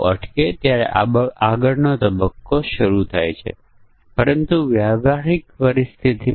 કૃપા કરીને તમે આને પ્રયત્ન કરી જુઓ પરંતુ મને ફક્ત આનો ઉપાય બતાવવા દો જેથી તમે તમારો જવાબો ચકાસી શકો